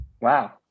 Wow